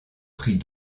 pris